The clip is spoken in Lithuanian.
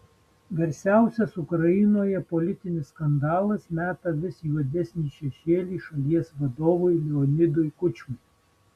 garsiausias ukrainoje politinis skandalas meta vis juodesnį šešėlį šalies vadovui leonidui kučmai